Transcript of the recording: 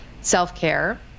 self-care